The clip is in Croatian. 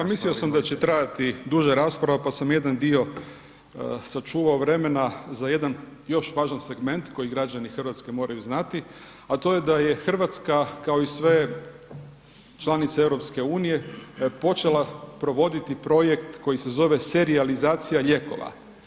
Pa mislio sam da će trajati duže rasprava pa sam jedan dio sačuvao vremena za jedan još važan segment koji građani Hrvatske moraju znati a to je da je Hrvatska kao i sve članice EU počela provoditi projekt koji se zove serijalizacija lijekova.